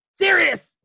Serious